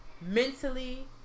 mentally